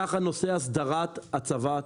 כך נושא הסדרת הצבת הכוורות.